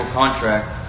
contract